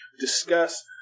discuss